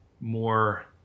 more